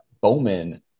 Bowman